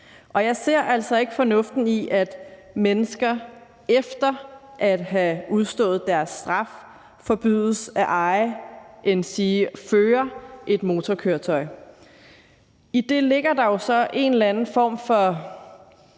Og jeg ser altså ikke fornuften i, at mennesker efter at have udstået deres straf forbydes at eje endsige at føre et motorkøretøj. I det ligger der jo så en eller anden form for